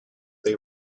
they